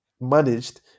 managed